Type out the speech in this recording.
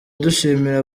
dushimira